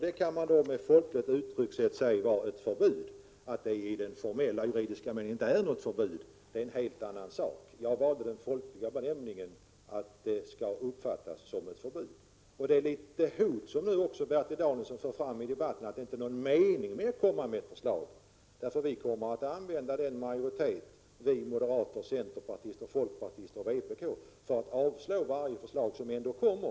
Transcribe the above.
Det kan man med ett folkligt uttryckssätt kalla ett förbud. Att det i den formella, juridiska meningen inte är ett förbud är en helt annan sak. Jag valde den folkliga benämningen när jag sade att det skall uppfattas som ett förbud. Det är något av ett hot över det som Bertil Danielsson nu för fram i debatten, nämligen att det inte är någon mening med att komma med ett förslag, därför att moderater, folkpartister, centerpartister och vpk:are kommer att använda sin majoritet till att avslå varje förslag som ändå kommer.